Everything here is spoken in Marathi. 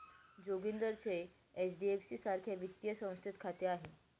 जोगिंदरचे एच.डी.एफ.सी सारख्या वित्तीय संस्थेत खाते आहे